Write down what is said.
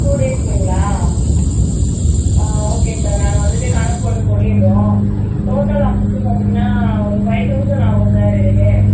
two டேஸ்லைங்களா ஆ okay sir நாங்கள் வந்துட்டு கணக்கு போட்டு சொல்லிடுறோம் டோட்டல் அமௌண்ட் பார்த்திங்கன்னா ஒரு ஃபைவ் தவுசண்ட் ஆகும் சார் இதுக்கு